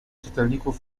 czytelników